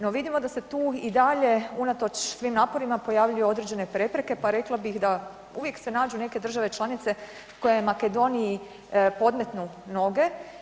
No, vidimo da se tu i dalje unatoč svim naporima pojavljuju određene prepreke, pa rekla bih da uvijek se nađu neke države članice koje Makedoniji podmetnu noge.